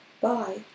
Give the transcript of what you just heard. Bye